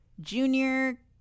junior